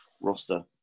roster